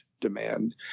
demand